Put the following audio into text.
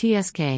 Tsk